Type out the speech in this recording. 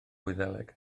wyddeleg